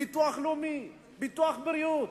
ביטוח לאומי, ביטוח בריאות.